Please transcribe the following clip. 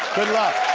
good luck.